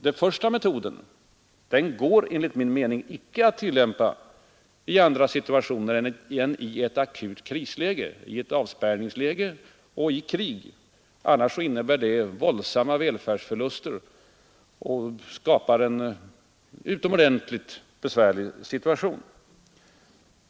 Den första metoden går enligt min mening icke att tillämpa i andra situationer än i ett akut krisläge, ett avspärrningsläge och i krig. Annars innebär den våldsamma välfärdsförluster och skapar en utomordentligt besvärlig situation.